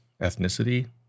ethnicity